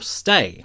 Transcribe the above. stay